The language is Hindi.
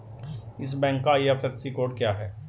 इस बैंक का आई.एफ.एस.सी कोड क्या है?